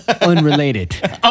Unrelated